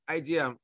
idea